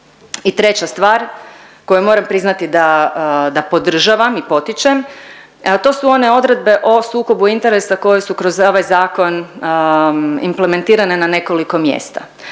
I treća stvar koju moram priznati da podržavam i potičem, a to su one odredbe o sukobu interesa koje su kroz ovaj Zakon implementirane na nekoliko mjesta.